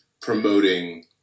promoting